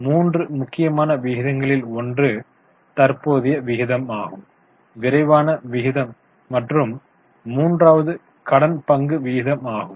மூன்று முக்கியமான விகிதங்கள் ஒன்று தற்போதைய விகிதம் விரைவான விகிதம் மற்றும் மூன்றாவது கடன் பங்கு விகிதம் ஆகும்